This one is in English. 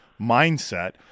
mindset